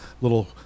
little